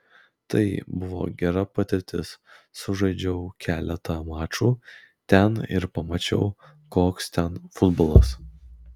tai buvo gera patirtis sužaidžiau keletą mačų ten ir pamačiau koks ten futbolas